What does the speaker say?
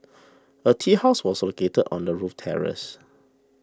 a tea house was located on the roof terrace